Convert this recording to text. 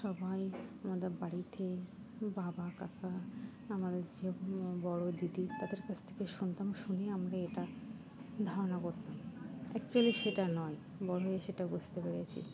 সবাই আমাদের বাড়িতে বাবা কাকা আমাদের যে বড়ো দিদি তাদের কাছ থেকে শুনতাম শুনে আমরা এটা ধারণা করতাম অ্যাকচুয়ালি সেটা নয় বড় হয়ে সেটা বুঝতে পেরেছি